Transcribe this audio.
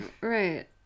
Right